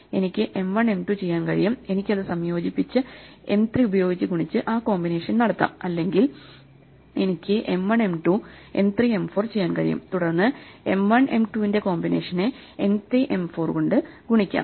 എനിക്ക് M 1 M 2 ചെയ്യാൻ കഴിയും എനിക്ക് അത് സംയോജിപ്പിച്ച് M 3 ഉപയോഗിച്ച് ഗുണിച്ച് ആ കോമ്പിനേഷൻ നടത്താം അല്ലെങ്കിൽ എനിക്ക് M 1 M 2 M 3 M 4 ചെയ്യാൻ കഴിയും തുടർന്ന് M 1 M 2 ന്റെ കോമ്പിനേഷനെ M 3 M 4 കൊണ്ട് ഗുണിക്കാം